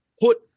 put